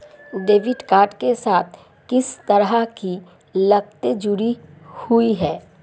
Debit card के साथ किस तरह की लागतें जुड़ी हुई हैं?